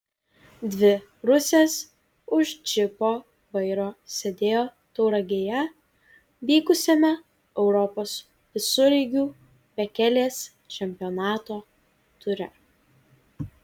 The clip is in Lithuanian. dvi rusės už džipo vairo sėdėjo tauragėje vykusiame europos visureigių bekelės čempionato ture